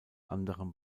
anderem